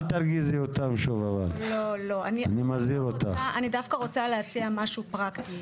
אני רוצה להציע משהו פרקטי.